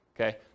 Okay